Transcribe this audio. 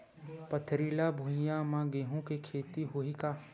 पथरिला भुइयां म गेहूं के खेती होही का?